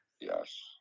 Yes